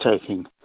taking